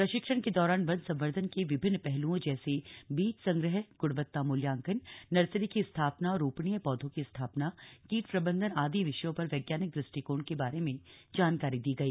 प्रशिक्षण के दौरान वन संवर्धन के विभिन्न पहलुओं जैसे बीज संग्रह गुणवत्ता मूल्यांकन नर्सरी की स्थापना और रोपणीय पौधों की स्थापना कीट प्रबंधन आदि विषयों पर वैज्ञानिक दुष्टिकोण के बारे में जानकारी दी गई